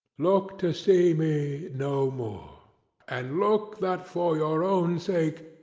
look to see me no more and look that, for your own sake,